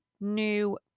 new